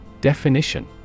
Definition